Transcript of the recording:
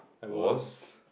I was